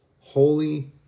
Holy